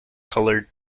colored